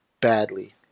badly